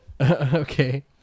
Okay